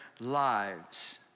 lives